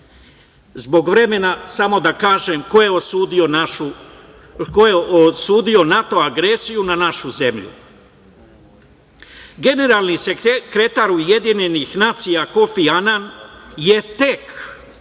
vremena samo da kažem ko je osudio NATO agresiju na našu zemlju. Generalni sekretar UN Kofi Anan je tek